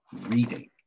reading